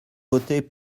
voter